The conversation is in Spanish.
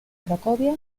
cracovia